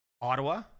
Ottawa